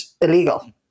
illegal